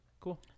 Cool